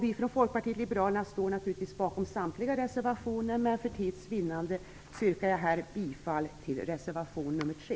Vi från Folkpartiet liberalerna står naturligtvis bakom samtliga reservationer, men för tids vinnande yrkar jag här bifall till reservation nr 3.